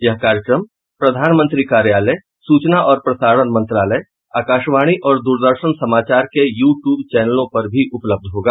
यह कार्यक्रम प्रधानमंत्री कार्यालय सूचना और प्रसारण मंत्रालय आकाशवाणी और दूरदर्शन समाचार के यू ट्यूब चैनलों पर भी उपलब्ध होगा